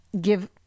give